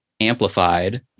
amplified